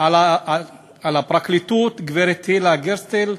על הפרקליטות, גברת הילה גרסטל,